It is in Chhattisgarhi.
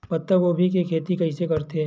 पत्तागोभी के खेती कइसे करथे?